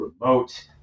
remote